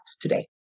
today